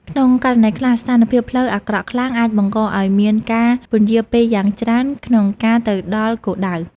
ក្នុងករណីខ្លះ ស្ថានភាពផ្លូវអាក្រក់ខ្លាំងអាចបង្កឱ្យមានការពន្យារពេលយ៉ាងច្រើនក្នុងការទៅដល់គោលដៅ។